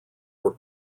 were